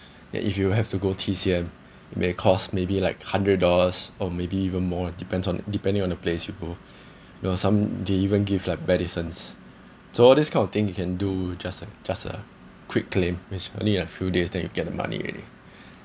then if you have to go T_C_M it may cost maybe like hundred dollars or maybe even more depends on depending on the place you go you know some they even give like medicines so all this kind of thing you can do just a just a quick claim which only a few days then you get the money already